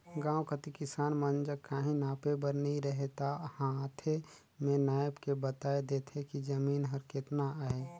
गाँव कती किसान मन जग काहीं नापे बर नी रहें ता हांथे में नाएप के बताए देथे कि जमीन हर केतना अहे